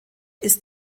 ist